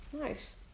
Nice